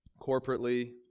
corporately